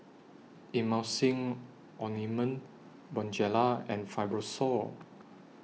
Emulsying Ointment Bonjela and Fibrosol